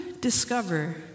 discover